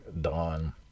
dawn